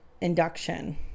induction